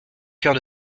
coeur